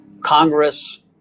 Congress